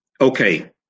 okay